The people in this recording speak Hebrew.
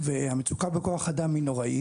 והמצוקה בכוח האדם היא נוראית.